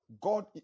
God